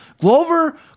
Glover